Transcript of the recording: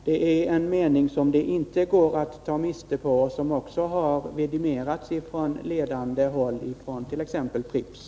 Det är en mening som det inte går att ta miste på och som också har vidimerats från ledande håll, bl.a. från Pripps.